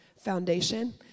foundation